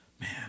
Man